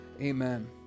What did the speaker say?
Amen